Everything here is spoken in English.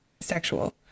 sexual